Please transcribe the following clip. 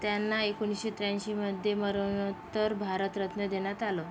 त्यांना एकोणीसशे त्र्याऐंशीमध्ये मरणोत्तर भारतरत्न देण्यात आलं